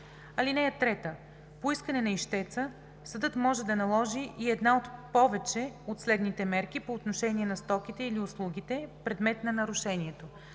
тайна. (3) По искане на ищеца съдът може да наложи и една или повече от следните мерки по отношение на стоките или услугите – предмет на нарушението: